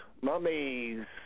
Mummies